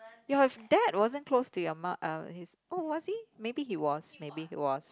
your dad wasn't close to your mu~ uh his oh was he maybe he was maybe he was